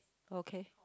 okay